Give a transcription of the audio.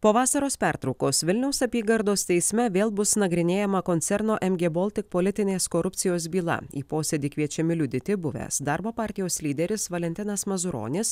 po vasaros pertraukos vilniaus apygardos teisme vėl bus nagrinėjama koncerno mg baltic politinės korupcijos byla į posėdį kviečiami liudyti buvęs darbo partijos lyderis valentinas mazuronis